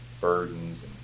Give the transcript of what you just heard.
burdens